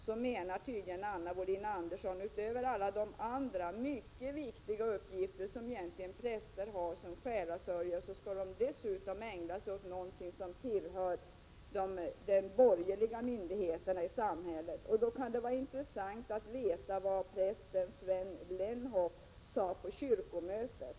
Anna Wohlin-Andersson menar tydligen att präster, utöver alla de mycket viktiga uppgifter de egentligen har som själasörjare, dessutom skall ägna sig åt någonting som tillhör de borgerliga myndigheterna i samhället. Det kan i detta sammanhang vara intressant att veta vad prästen Sven Lenhoff sade på kyrkomötet.